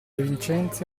vincenzi